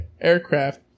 aircraft